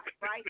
right